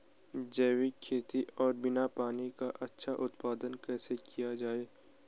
जैविक खेती और बिना पानी का अच्छा उत्पादन कैसे किया जाए?